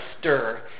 stir